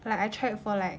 like I tried for like